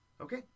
okay